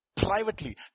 privately